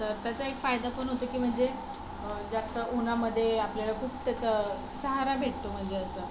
तर त्याचा एक फायदा पण होतो की म्हणजे जास्त उन्हामध्ये आपल्याला खूप त्याचा सहारा भेटतो म्हणजे असं